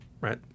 right